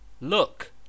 Look